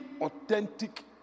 authentic